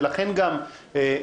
ולכן גם שגית